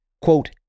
quote